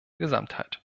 gesamtheit